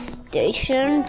station